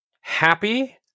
Happy